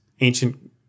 ancient